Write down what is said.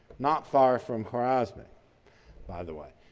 not far from khwarizmi by the way.